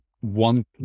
one